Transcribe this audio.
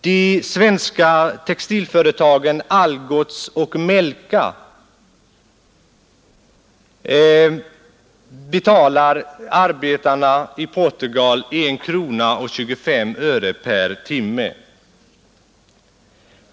De svenska textilföretagen Algots och Melka betalar sina arbetare i Portugal 1:25 kronor per timme.